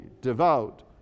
devout